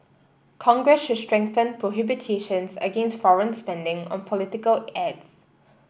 congress should strengthen prohibitions against foreign spending on political ads